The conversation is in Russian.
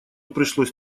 пришлось